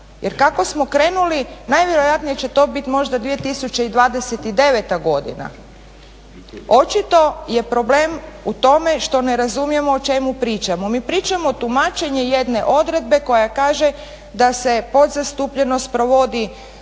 jer kako smo krenuli najvjerojatnije će to bit možda 2029. godina. Očito je problem u tome što ne razumijemo o čemu pričamo. Mi pričamo tumačenje jedne odredbe koja kaže da se podzastupljenost provodi